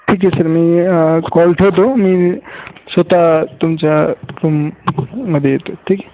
ठीक आहे सर मी कॉल ठेवतो मी स्वतः तुमच्या रूममध्ये येतो आहे ठीक आहे